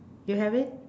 you have it